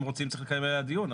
אם רוצים צריך לקיים עליה דיון,